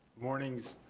mornings,